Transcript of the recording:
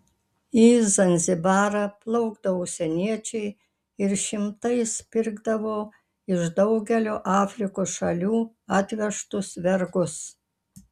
į zanzibarą plaukdavo užsieniečiai ir šimtais pirkdavo iš daugelio afrikos šalių atvežtus vergus